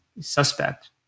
suspect